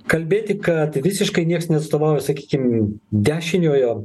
kalbėti kad visiškai nieks neatstovauja sakykim dešiniojo